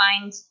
find